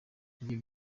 ibyo